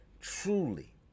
truly